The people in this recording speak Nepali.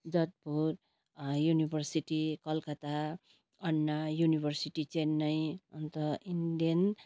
जोधपुर युनिभर्सिटी कलकत्ता अन्ना यूनिभर्सिटी चेन्नई अन्त इन्डियन